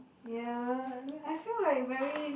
ya I feel like very